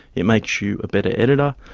it makes you a better editor,